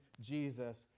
Jesus